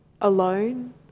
alone